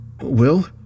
Will